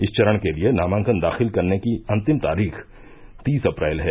इस चरण के लिये नामांकन दाखिल करने की अन्तिम तारीख तीस अप्रैल है